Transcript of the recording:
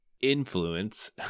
influence